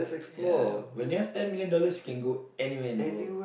ya when you have ten million dollars you can go anywhere in the world